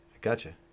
Gotcha